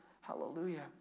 Hallelujah